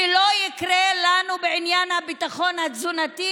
שלא יקרה לנו בעניין הביטחון התזונתי